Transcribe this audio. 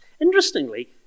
Interestingly